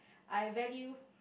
I value